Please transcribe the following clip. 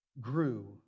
grew